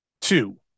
two